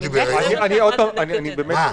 בבקשה.